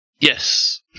Yes